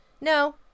No